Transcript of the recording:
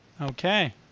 Okay